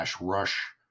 rush